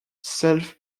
self